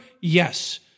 Yes